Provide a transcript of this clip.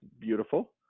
beautiful